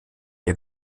ihr